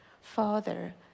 father